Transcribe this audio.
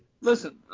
Listen